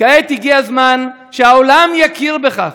כעת הגיע הזמן שהעולם יכיר בכך.